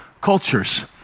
cultures